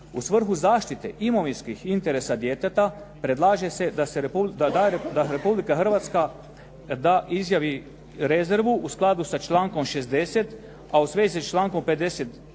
U svrhu zaštite imovinskih interesa djeteta predlaže se da Republika Hrvatska izjavi rezervu u skladu sa člankom 60. a u svezi s člankom 55.